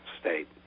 state